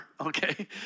okay